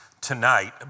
tonight